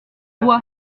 toi